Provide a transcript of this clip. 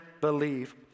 believe